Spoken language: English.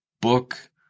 book